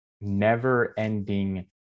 never-ending